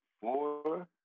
four